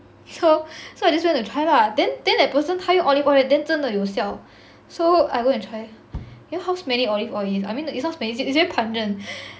so so I just went to try lah then then that person 他用 olive oil then 真的有效 so I go and try you know how smelly olive oil is I mean it's not smelly it's very pungent